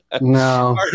No